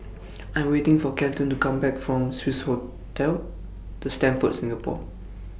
I'm waiting For Kelton to Come Back from Swissotel The Stamford Singapore